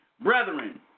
Brethren